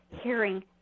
hearing